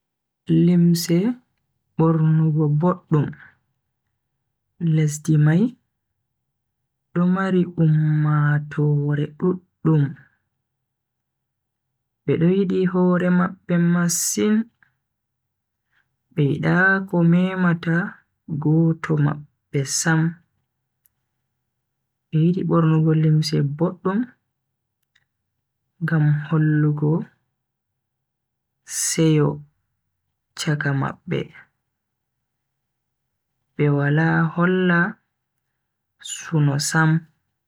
Limse bornugo boddum. Lesdi mai do mari ummatoore duddum, bedo yidi hore mabbe masin be yida ko memata goto mabbe sam. Be yidi bornugo limse boddum ngam hollugo seyo chaka mabbe, be wala holla suno sam.